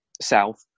south